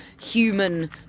human